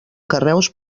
carreus